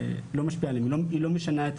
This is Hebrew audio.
היא לא משנה את